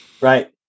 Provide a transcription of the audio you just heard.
Right